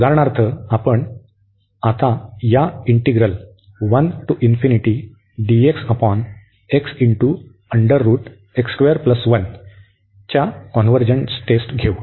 तर उदाहरणार्थ आपण आता या इंटीग्रल च्या कॉन्व्हर्जन्स टेस्ट घेऊ